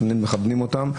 לפעמים מכוונים אותם,